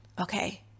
Okay